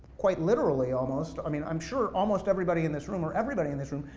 quite literally almost, i mean, i'm sure almost everybody in this room, or everybody in this room,